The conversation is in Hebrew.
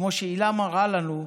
כמו שהילה מראה לנו,